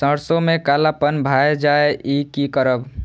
सरसों में कालापन भाय जाय इ कि करब?